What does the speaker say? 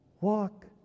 walk